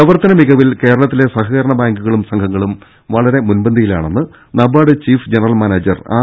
പ്രവർത്തന ്മികവിൽ കേരളത്തിലെ സഹകരണ ബാങ്കുകളും സംഘങ്ങളും വളരെ മുൻപന്തിയിലാണെന്ന് NABARD chief general manager R